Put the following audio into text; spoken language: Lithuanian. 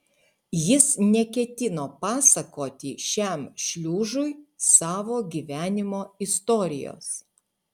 jis neketino pasakoti šiam šliužui savo gyvenimo istorijos